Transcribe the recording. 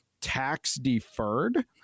tax-deferred